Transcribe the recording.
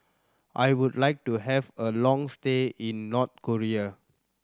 I would like to have a long stay in North Korea